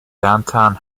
downtown